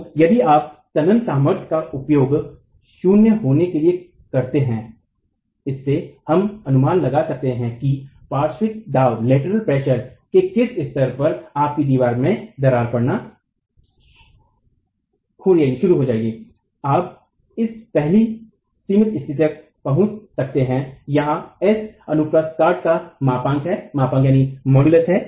तो यदि आप तनन सामर्थ का उपयोग शून्य होने के लिए करते हैं इससे हम अनुमान लगा सकते हैं कि पार्श्व दबाव के किस स्तर पर आपकी दीवार में दरार पड़नी चाहिए आप इस पहली सीमित स्थिति तक पहुंच सकते हैं यहां S अनुप्रास्थ काट का मापांक है